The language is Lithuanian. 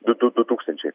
du du tūkstančiai